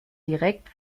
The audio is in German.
direkt